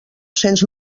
cents